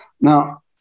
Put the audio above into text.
Now